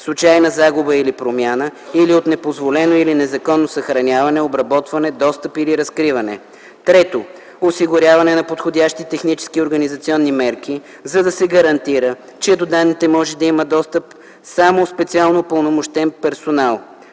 случайна загуба или промяна или от непозволено или незаконно съхраняване, обработване, достъп или разкриване; 3. осигуряване на подходящи технически и организационни мерки, за да се гарантира, че до данните може да има достъп само специално упълномощен персонал;